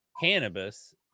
cannabis